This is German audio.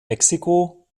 mexiko